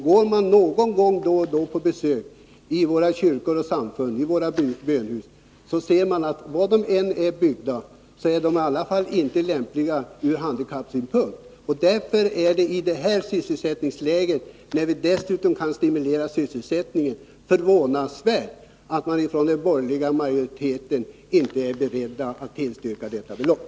Går man någon gång då och då på besök i våra kyrkor och samfund, i våra bönhus, ser man att hur de än är byggda är de i alla fall inte lämpliga ur handikappsynpunkt. Därför är det förvånansvärt att den borgerliga majoriteten, när vi i nuvarande läge får möjlighet att stimulera sysselsättningen, inte är beredd att tillstyrka detta belopp.